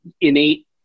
innate